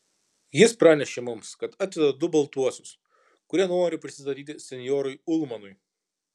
jis pranešė mums kad atveda du baltuosius kurie nori prisistatyti senjorui ulmanui